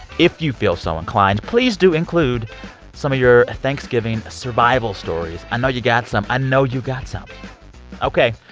if you feel so inclined, please do include some of your thanksgiving survival stories. i know you got some. i know you got some ok.